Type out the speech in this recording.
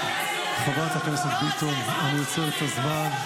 --- חברת הכנסת ביטון, אני עוצר את הזמן.